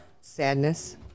sadness